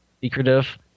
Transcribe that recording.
secretive